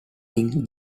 wing